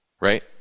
Right